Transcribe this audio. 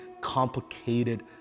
complicated